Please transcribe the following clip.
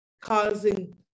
causing